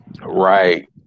right